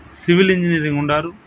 civil engineering ఉన్నారు